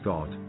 God